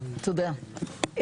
תודה,